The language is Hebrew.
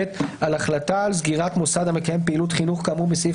(ב)על החלטה על סגירת מוסד המקיים פעילות חינוך כאמור בסעיף